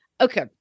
Okay